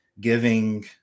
giving